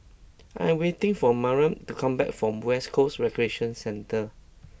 I am waiting for Mariam to come back from West Coast Recreation Centre